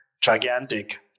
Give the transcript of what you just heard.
gigantic